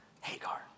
Hagar